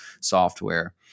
software